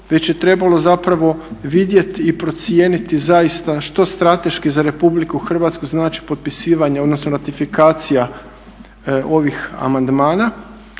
već je trebalo zapravo vidjeti i procijeniti zaista što strateški za Republiku Hrvatsku znači potpisivanje, odnosno ratifikacija ovih amandmana.